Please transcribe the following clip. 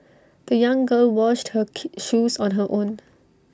the young girl washed her key shoes on her own